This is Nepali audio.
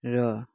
र